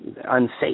unsafe